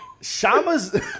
Shama's